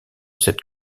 cette